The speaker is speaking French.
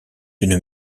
d’une